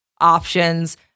options